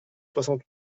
soixante